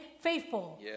faithful